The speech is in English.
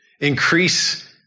increase